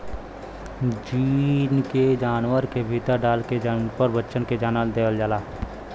gene के जानवर के भीतर डाल के उनकर बच्चा के जनम देवल जाला